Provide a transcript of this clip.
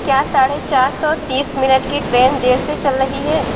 کیا ساڑھے چار سو تیس منٹ کی ٹرین دیر سے چل رہی ہے